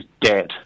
dead